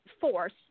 force